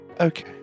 Okay